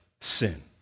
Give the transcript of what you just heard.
sin